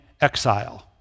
exile